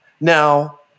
Now